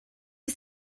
you